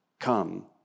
come